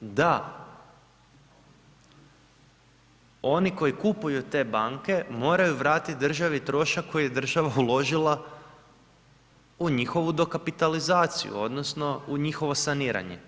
da oni koji kupuju te banke moraju vratiti državi trošak koji je država uložila u njihovu dokapitalizaciju odnosno u njihovo saniranje.